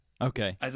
Okay